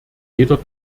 jeder